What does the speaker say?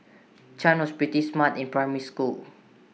chan was pretty smart in primary school